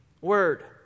word